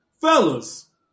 Fellas